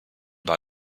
war